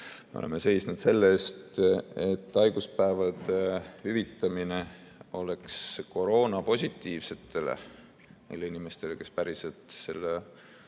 Me oleme seisnud selle eest, et haiguspäevade hüvitamine koroonapositiivsetele, neile inimestele, kes päriselt selle